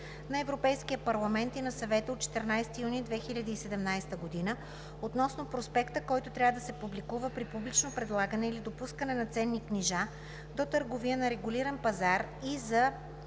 на Европейския парламент и на Съвета от 14 юни 2017 година относно проспекта, който трябва да се публикува при публично предлагане или допускане на ценни книжа до търговия на регулиран пазар, и за